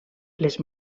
les